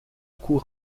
cour